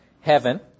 heaven